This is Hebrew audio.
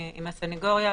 עם הסנגוריה,